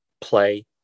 play